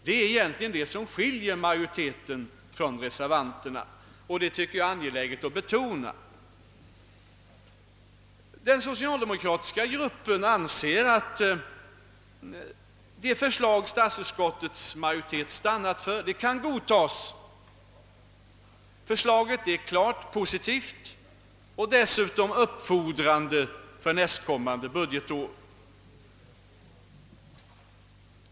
Det är egentligen vad som skiljer utskottsmajoriteten från reservanterna, och det tycker jag är angeläget att betona. Den socialdemokratiska gruppen anser att det förslag som statsutskottets majoritet har stannat för kan godtagas. Förslaget är klart positivt och dessutom uppfordrande för nästkommande budgetår.